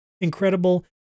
incredible